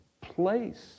place